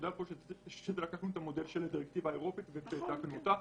אנחנו לקחנו את המודל של הדירקטיבה האירופית והעתקנו אותה.